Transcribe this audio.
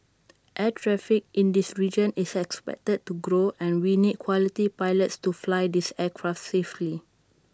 air traffic in this region is expected to grow and we need quality pilots to fly these aircraft safely